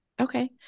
Okay